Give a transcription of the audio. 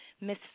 Miss